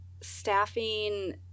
staffing